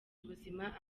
ubuzima